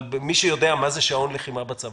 אבל מי שיודע מה זה שעון לחימה בצבא